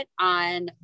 on